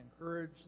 encourage